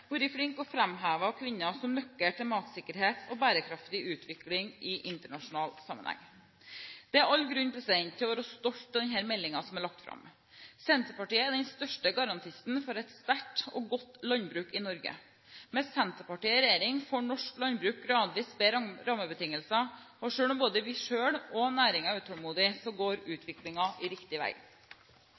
bærekraftig utvikling i internasjonal sammenheng. Det er all grunn til å være stolt av den meldingen som er lagt fram. Senterpartiet er den største garantisten for et sterkt og godt landbruk i Norge. Med Senterpartiet i regjering får norsk landbruk gradvis bedre rammebetingelser, og selv om både vi selv og næringen er utålmodige, går utviklingen riktig vei.